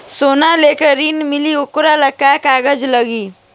सोना लेके ऋण मिलेला वोकरा ला का कागज लागी?